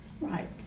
Right